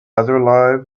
other